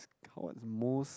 what most